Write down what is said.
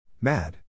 Mad